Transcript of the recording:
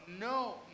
no